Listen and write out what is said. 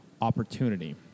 opportunity